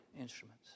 instruments